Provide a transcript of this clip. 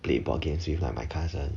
play board games with like my cousin